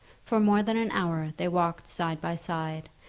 for more than an hour they walked side by side,